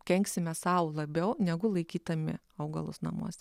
kenksime sau labiau negu laikydami augalus namuose